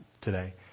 today